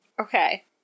Okay